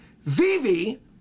Vivi